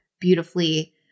beautifully